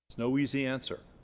no easy answer